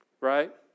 Right